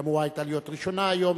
שאמורה היתה להיות ראשונה היום,